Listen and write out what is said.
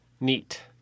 Neat